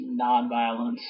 nonviolence